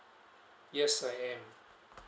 yes I am